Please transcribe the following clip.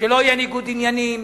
שלא יהיה ניגוד עניינים,